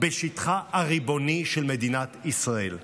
בשטחה הריבוני של מדינת ישראל.